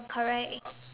correct